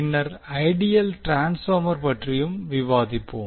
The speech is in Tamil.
பின்னர் ஐடியல் ட்ரான்ஸ்பார்மர் பற்றியும் விவாதிப்போம்